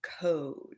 code